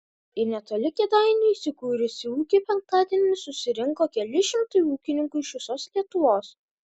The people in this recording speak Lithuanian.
į netoli kėdainių įsikūrusį ūkį penktadienį susirinko keli šimtai ūkininkų iš visos lietuvos